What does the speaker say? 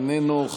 איננו,